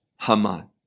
Haman